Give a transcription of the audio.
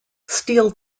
steel